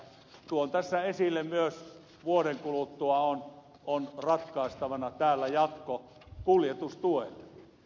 tuon tässä esille myös vuoden kuluttua on ratkaistavana täällä jatko kuljetustuet